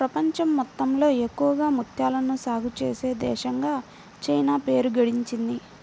ప్రపంచం మొత్తంలో ఎక్కువగా ముత్యాలను సాగే చేసే దేశంగా చైనా పేరు గడించింది